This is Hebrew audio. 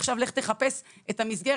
עכשיו לך תחפש את המסגרת